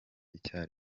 icya